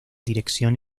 dirección